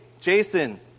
Jason